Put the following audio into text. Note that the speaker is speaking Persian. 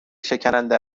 شکننده